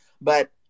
But-